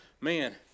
man